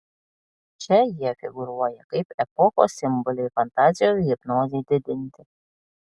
čia jie figūruoja kaip epochos simboliai fantazijos hipnozei didinti